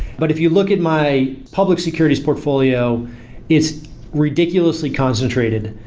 but if you look at my public securities portfolio is ridiculously concentrated.